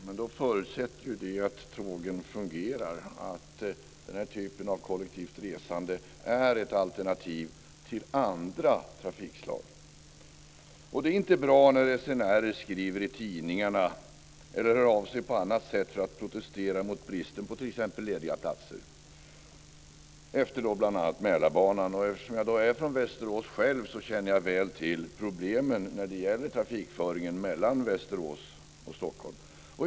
Men det förutsätter att tågen fungerar, att den här typen av kollektivt resande är ett alternativ till andra trafikslag. Det är inte bra när resenärer skriver i tidningarna eller hör av sig på annat sätt för att protestera mot bristen på t.ex. lediga platser bl.a. på Mälarbanan. Eftersom jag är från Västerås själv känner jag väl till problemen när det gäller trafikföringen mellan Västerås och Stockholm.